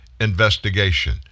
investigation